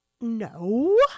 no